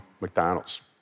McDonald's